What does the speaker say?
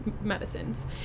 medicines